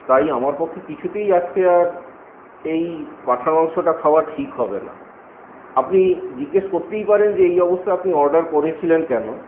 তাই আমার পক্ষে কিছুতেই আজকে আর এই পাঁঠার মাংসটা খাওয়া ঠিক হবে না আপনি জিজ্ঞেস করতেই পারেন যে এই অবস্থায় আপনি অর্ডার করেছিলেন কেন